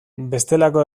bestelako